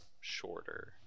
shorter